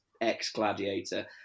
ex-gladiator